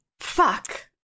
Fuck